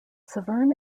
severn